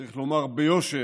צריך לומר ביושר,